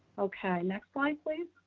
okay. next slide please.